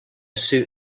suit